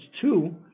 two